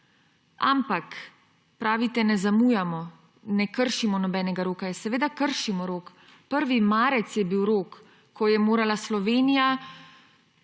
Ampak, pravite, ne zamujamo, ne kršimo nobenega roka – seveda kršimo rok. 1. marec je bil rok, ko je morala Slovenija